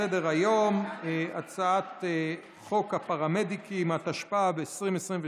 בסדר-היום, הצעת חוק הפרמדיקים, התשפ"ב 2022,